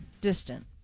Distant